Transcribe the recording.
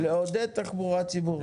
לעודד תחבורה ציבורית.